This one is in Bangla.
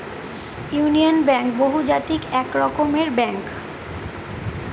ইউনিয়ন ব্যাঙ্ক বহুজাতিক এক রকমের ব্যাঙ্ক